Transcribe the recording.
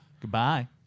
Goodbye